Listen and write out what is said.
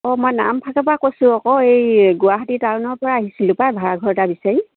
অঁ মই নামফাকে পৰা কৈছোঁ আকৌ এই গুৱাহাটী টাউনৰ পৰা আহিছিলোঁ পাই ভাড়াঘৰ এটা বিচাৰি